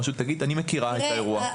הרשות תגיד אני מכירה את האירוע.